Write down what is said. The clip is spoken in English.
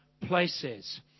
places